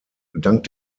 dank